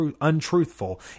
untruthful